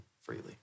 freely